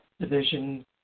division